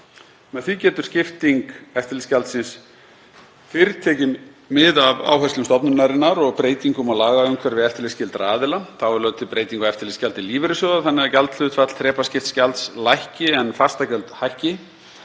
Með því getur skipting eftirlitsgjaldsins fyrr tekið mið af áherslum stofnunarinnar og breytingum á lagaumhverfi eftirlitsskyldra aðila. Þá er lögð til breyting á eftirlitsgjaldi lífeyrissjóða þannig að gjaldhlutfall þrepaskipts gjalds lækki en fastagjöld hækki.